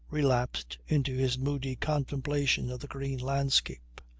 relapsed into his moody contemplation of the green landscape.